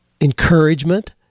encouragement